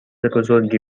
بزرگی